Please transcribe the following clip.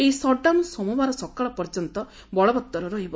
ଏହି ସଟ୍ଡାଉନ୍ ସୋମବାର ସକାଳ ପର୍ଯ୍ୟନ୍ତ ବଳବତ୍ତର ରହିବ